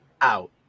out